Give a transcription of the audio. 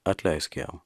atleisk jam